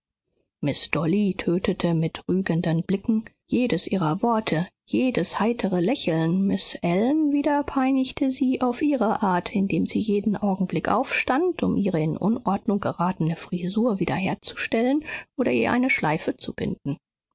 miß dolly tötete mit rügenden blicken jedes ihrer worte jedes heitere lächeln miß ellen wieder peinigte sie auf ihre art indem sie jeden augenblick aufstand um ihre in unordnung geratene frisur wieder herzustellen oder ihr eine schleife zu binden